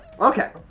Okay